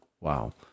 Wow